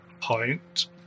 point